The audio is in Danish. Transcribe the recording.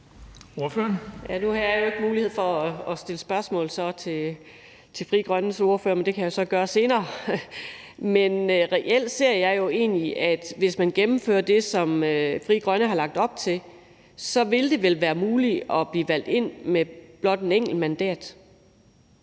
Nu har jeg jo ikke mulighed for at stille spørgsmål til Frie Grønnes ordfører, men det kan jeg jo så gøre senere. Men hvis man gennemfører det, som Frie Grønne har lagt op til, vil det vel reelt set være muligt at blive valgt ind med blot et enkelt mandat.